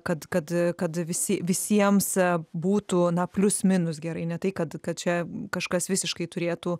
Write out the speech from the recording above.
kad kad kad visi visiems būtų na plius minus gerai ne tai kad kad čia kažkas visiškai turėtų